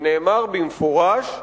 ונאמר בהצעה במפורש,